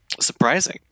surprising